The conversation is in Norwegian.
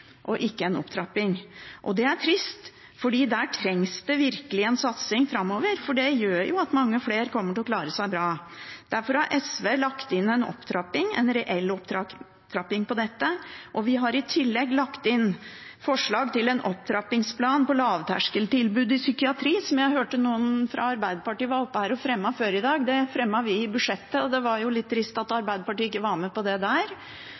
og ikke en opptrapping, og det er trist. Der trengs det virkelig en satsing framover, for det gjør at mange flere kommer til å klare seg bra. Derfor har SV lagt inn en opptrapping – en reell opptrapping – her. Vi har i tillegg lagt inn forslag til en opptrappingsplan for lavterskeltilbud i psykiatri, som jeg hørte noen fra Arbeiderpartiet var oppe her og fremmet før i dag. Det fremmet vi i budsjettet, og det er jo litt trist at Arbeiderpartiet ikke var med på det der,